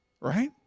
Right